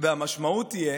המשמעות תהיה